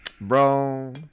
Bro